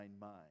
mind